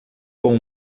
com